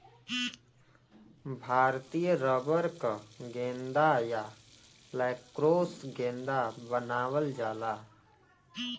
भारतीय रबर क गेंदा या लैक्रोस गेंदा बनावल जाला